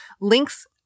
Links